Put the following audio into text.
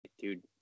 dude